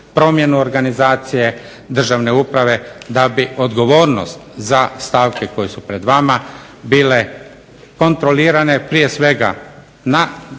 promjenu organizacije državne uprave da bi odgovornost za stavke koje su pred vama bile kontrolirane prije svega na samim